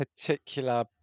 particular